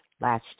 last